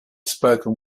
spoken